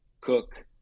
Cook